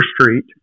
Street